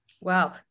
Wow